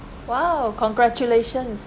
!wow! congratulations